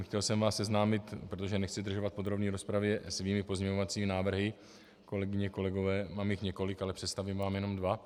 Chtěl jsem vás seznámit, protože nechci zdržovat v podrobné rozpravě svými pozměňovacími návrhy, kolegyně, kolegové, mám jich několik, ale představím vám jenom dva.